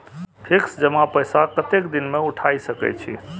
Fix जमा पैसा कतेक दिन में उठाई सके छी?